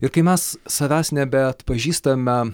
ir kai mes savęs nebeatpažįstame